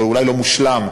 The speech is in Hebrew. זה אולי לא מושלם,